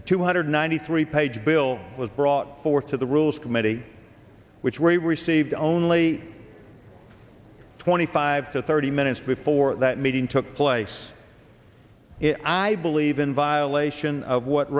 a two hundred ninety three page bill was brought forth to the rules committee which we received only twenty five to thirty minutes before that meeting took place i believe in violation of what